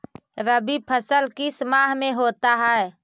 रवि फसल किस माह में होता है?